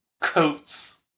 coats